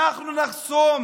אנחנו נחסום